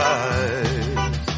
eyes